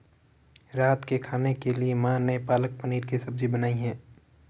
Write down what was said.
रात के खाने के लिए मेरी मां ने पालक पनीर की सब्जी बनाई है